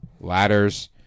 ladders